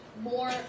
more